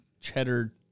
cheddar